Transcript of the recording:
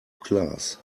class